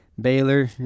Baylor